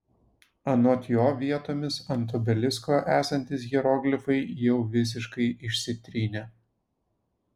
anot jo vietomis ant obelisko esantys hieroglifai jau visiškai išsitrynė